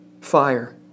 Fire